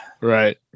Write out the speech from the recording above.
Right